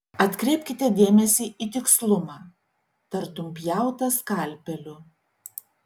atkreipkite dėmesį į tikslumą tartum pjauta skalpeliu